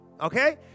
okay